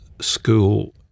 school